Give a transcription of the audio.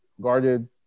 guarded